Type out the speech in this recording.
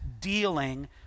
dealing